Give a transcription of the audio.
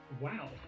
Wow